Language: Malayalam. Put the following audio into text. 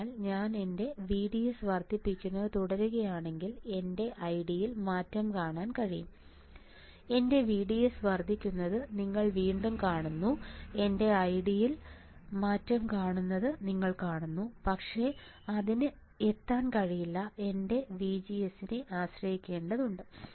അതിനാൽ ഞാൻ എന്റെ VDS വർദ്ധിപ്പിക്കുന്നത് തുടരുകയാണെങ്കിൽ എന്റെ ID യിൽ മാറ്റം കാണാൻ കഴിയും എന്റെ VDS വർദ്ധിപ്പിക്കുന്നത് നിങ്ങൾ വീണ്ടും കാണുന്നു എന്റെ ID യിൽ മാറ്റം കാണുന്നത് നിങ്ങൾ കാണുന്നു പക്ഷേ അതിന് എത്താൻ കഴിയില്ല എന്റെ VGS നെ ആശ്രയിക്കേണ്ടതുണ്ട്